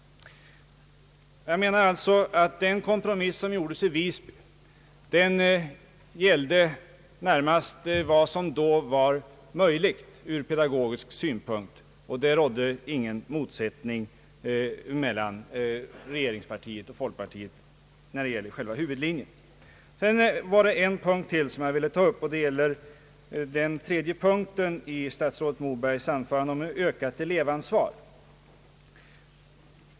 Jag menar alltså att den kompromiss som gjordes i Visby närmast gällde vad som då var möjligt ur pedagogisk synpunkt. Det fanns ingen motsättning mellan regeringspartiet och folkpartiet i fråga om själva huvudlinjen. Jag vill också ta upp den tredje punkten i statsrådet Mobergs anförande, nämligen om ökat elevansvar.